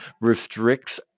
restricts